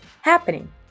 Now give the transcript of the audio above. happening